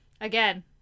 Again